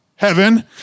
Heaven